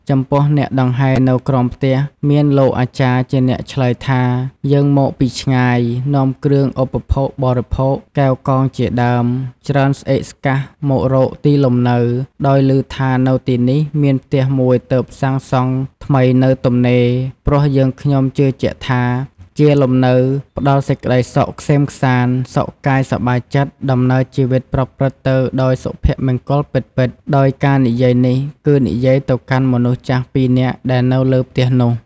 ចំពោះអ្នកដង្ហែនៅក្រោមផ្ទះ មានលោកអាចារ្យជាអ្នកឆ្លើយថា "យើងមកពីឆ្ងាយ នាំគ្រឿងឧបភោគបរិភោគ កែវកងជាដើម ច្រើនស្កេកស្កាស់មករកទីលំនៅ ដោយឮថានៅទីនេះ មានផ្ទះមួយទើបសាងសង់ថ្មីនៅទំនេរ ព្រោះយើងខ្ញុំជឿជាក់ថា ជាលំនៅផ្តល់សេចក្ដីសុខក្សេមក្សាន្ត សុខកាយសប្បាយចិត្ត ដំណើរជីវិតប្រព្រឹត្តទៅដោយសុភមង្គលពិតៗ ” ដោយការនិយាយនេះគឺនិយាយទៅកាន់មនុស្សចាស់ពីរនាកដែលនៅលើផ្ទះនោះ។